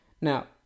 Now